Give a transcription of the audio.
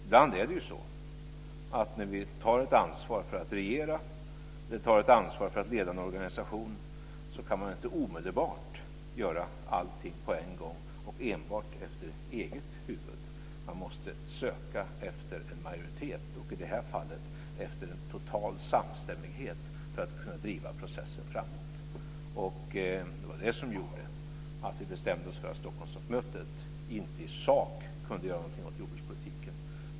Ibland är det ju så att när man tar ett ansvar för att regera och för att leda en organisation kan man inte omedelbart göra allting på en gång enbart efter eget huvud. Man måste söka efter en majoritet, i det här fallet efter en total samstämmighet för att kunna driva processen framåt. Det var det som gjorde att vi bestämde oss för att Stockholmsmötet inte i sak kunde göra någonting åt jordbrukspolitiken.